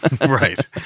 Right